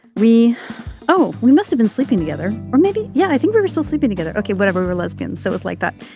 we oh we must have been sleeping together or maybe. yeah i think we were still sleeping together. okay whatever you're lesbian so it's like that.